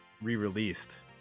re-released